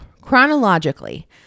chronologically